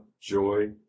joy